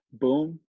boom